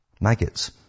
Maggots